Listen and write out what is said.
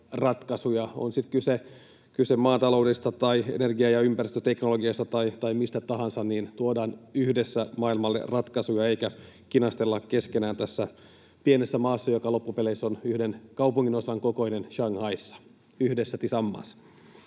on sitten kyse maataloudesta tai energia‑ ja ympäristöteknologiasta tai mistä tahansa, ja tuodaan yhdessä maailmalle ratkaisuja eikä kinastella keskenään tässä pienessä maassa, joka loppupeleissä on yhden kaupun-ginosan kokoinen Shanghaissa. Yhdessä — Tillsammans.